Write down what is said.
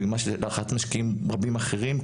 ולהערכת משקיעים רבים אחרים,